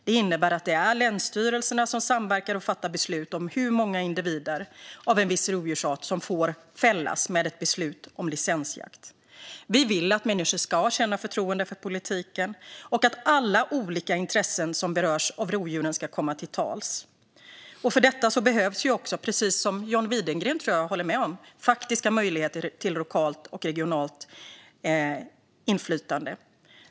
Det innebär att det är länsstyrelserna som samverkar och fattar beslut om hur många individer av en viss rovdjursart som får fällas med ett beslut om licensjakt. Vi vill att människor ska känna förtroende för politiken och att alla olika intressen som berörs av rovdjuren ska komma till tals. För detta behövs faktiska möjligheter till lokalt och regionalt inflytande; det tror jag att John Widegren håller med om.